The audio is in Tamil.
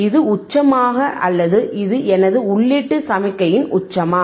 இது உச்சமா அல்லது இது எனது உள்ளீட்டு சமிக்ஞையின் உச்சமா